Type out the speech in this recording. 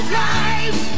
life